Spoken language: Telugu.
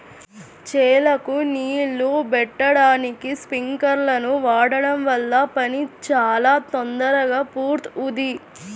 చేలకు నీళ్ళు బెట్టడానికి స్పింకర్లను వాడడం వల్ల పని చాలా తొందరగా పూర్తవుద్ది